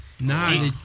Nah